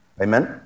Amen